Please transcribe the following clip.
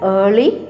early